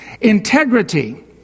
integrity